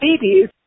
babies